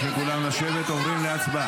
החוק הזה לא יעבור.